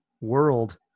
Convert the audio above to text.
world